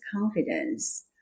confidence